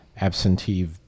absentee